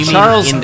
Charles